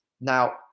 Now